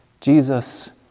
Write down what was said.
Jesus